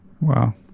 Wow